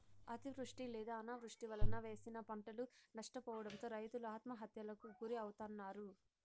అతివృష్టి లేదా అనావృష్టి వలన వేసిన పంటలు నష్టపోవడంతో రైతులు ఆత్మహత్యలకు గురి అవుతన్నారు